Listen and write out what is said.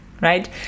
right